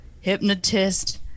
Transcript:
hypnotist